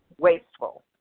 wasteful